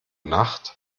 nacht